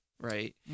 right